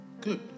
good